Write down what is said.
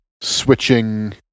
switching